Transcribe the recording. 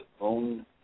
own